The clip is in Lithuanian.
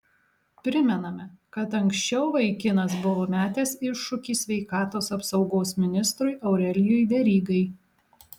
primename kad anksčiau vaikinas buvo metęs iššūkį sveikatos apsaugos ministrui aurelijui verygai